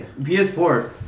PS4